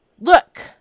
Look